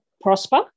prosper